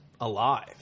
alive